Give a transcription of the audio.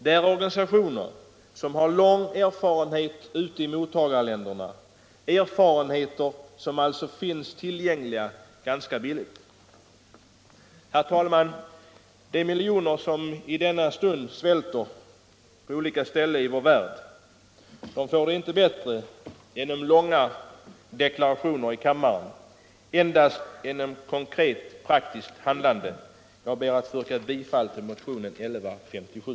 Det är organisationer som har lång erfarenhet ute i mottagarländerna — en erfarenhet som alltså finns tillgänglig ganska billigt. Herr talman! De miljoner som i denna stund svälter på olika ställen i vår värld får det inte bättre genom långa deklarationer i kammaren utan endast genom konkret praktiskt handlande. Jag ber att få yrka bifall till motionen 1157.